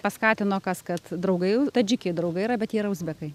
paskatino kas kad draugai tadžikiai draugai yra bet yra uzbekai